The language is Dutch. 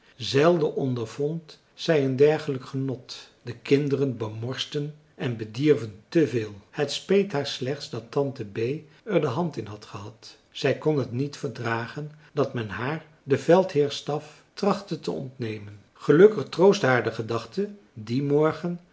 zelden ondervond zij een dergelijk genot de kinderen bemorsten en bedierven te veel het speet haar slechts dat tante bee er de hand in had gehad zij kon het niet verdragen dat men haar den veldheersstaf trachtte te ontnemen gelukkig troostte haar de gedachte dien morgen